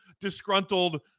disgruntled